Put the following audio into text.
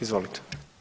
Izvolite.